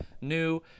new